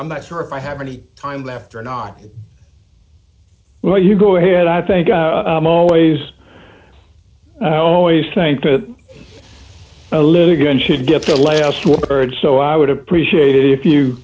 i'm not sure if i have any time left or not well you go ahead i think always i always think to live again should get the last word so i would appreciate it if you